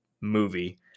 movie